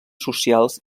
socials